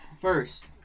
First